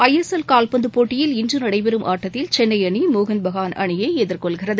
ஐ S L கால்பந்து போட்டியில் இன்று நடைபெறும் ஆட்டத்தில் சென்னை அணி மோகன்பகான் அணியை எதிர்கொள்கிறது